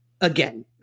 again